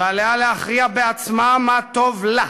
ועליה להכריע בעצמה מה טוב לה.